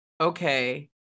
okay